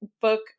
book